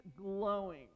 glowing